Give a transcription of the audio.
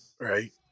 right